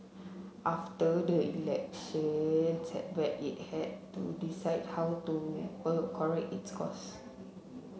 after that election setback it had to decide how to correct its course